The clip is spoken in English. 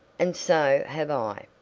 and so have i.